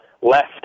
left